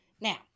Now